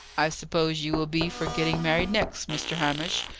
i suppose you will be for getting married next, mr. hamish,